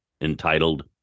entitled